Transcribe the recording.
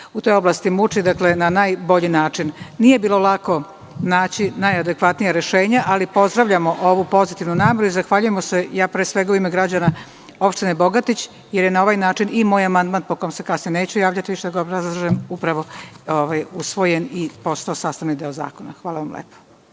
u toj oblasti muči, na najbolji način. Nije bilo lako naći najadekvatnija rešenja, ali pozdravljamo ovu pozitivnu nameru i zahvaljujemo se, ja pre svega u ime građana opštine Bogatić, jer je na ovaj način i moj amandman, po kom se kasnije neću javljati više da ga obrazlažem, upravo usvojen i postao sastavni deo zakona. Hvala lepo.